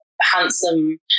handsome